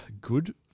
good